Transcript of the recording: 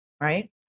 right